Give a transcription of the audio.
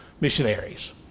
missionaries